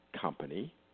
company